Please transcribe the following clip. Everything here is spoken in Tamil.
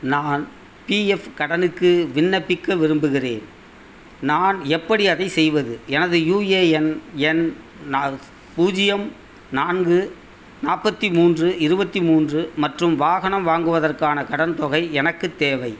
நான் பிஎஃப் கடனுக்கு விண்ணப்பிக்க விரும்புகிறேன் நான் எப்படி அதை செய்வது எனது யூஏஎன் எண் நாஸ் பூஜ்ஜியம் நான்கு நாற்பத்தி மூன்று இருபத்தி மூன்று மற்றும் வாகனம் வாங்குவதற்கான கடன் தொகை எனக்குத் தேவை